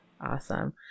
Awesome